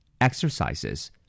Exercises